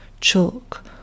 chalk